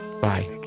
Bye